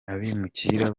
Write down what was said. abimukira